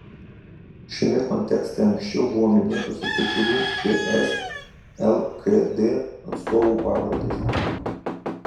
šiame kontekste anksčiau buvo minėtos ir kai kurių ts lkd atstovų pavardės